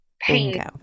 pain